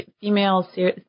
female